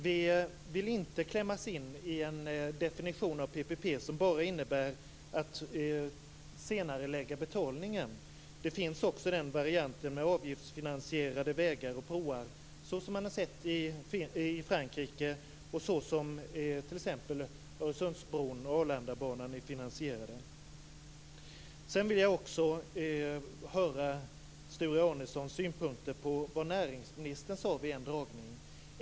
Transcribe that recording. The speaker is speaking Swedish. Vi vill inte klämmas in i en definition av PPP som bara innebär att senarelägga betalningen. Det finns också en variant med avgiftsfinansierade vägar och broar såsom man har sett i Frankrike och såsom t.ex. Öresundsbron och Arlandabanan är finansierade. Sedan vill jag också höra Sture Arnessons synpunkter på det näringsministern sade vid en dragning.